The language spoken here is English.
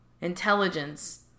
intelligence